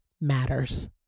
matters